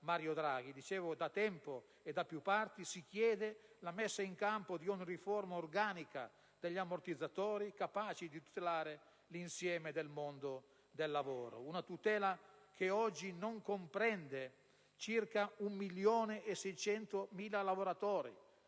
Mario Draghi) si chiede la messa in campo di una riforma organica degli ammortizzatori capace di tutelare l'insieme del mondo del lavoro. Una tutela che oggi non comprende circa 1.600.000 lavoratori,